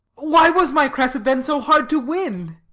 why was my cressid then so hard to win?